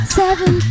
seven